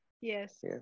Yes